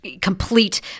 complete